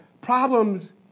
problems